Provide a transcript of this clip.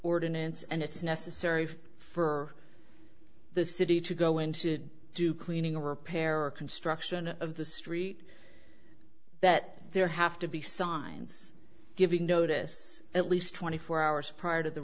ordinance and it's necessary for the city to go in to do cleaning or repair or construction of the street that there have to be signs giving notice at least twenty four hours prior to the